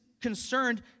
concerned